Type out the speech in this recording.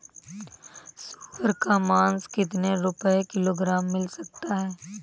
सुअर का मांस कितनी रुपय किलोग्राम मिल सकता है?